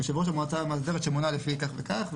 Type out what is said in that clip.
יושב-ראש הוועדה המאסדרת שמונה לפי כך וכך,